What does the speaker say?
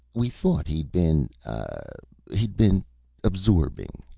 we thought he'd been ah he'd been absorbing.